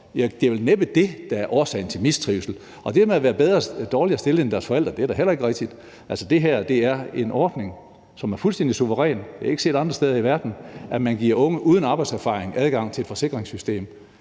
er vel næppe det, der er årsagen til mistrivslen. Det med, at de er dårligere stillet end deres forældre, er da heller ikke rigtigt. Altså, det her er en ordning, som er fuldstændig suveræn – det er ikke set andre steder i verden, at man giver unge uden arbejdserfaring adgang til et forsikringssystem.